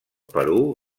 perú